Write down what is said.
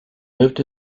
lived